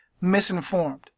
misinformed